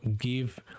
give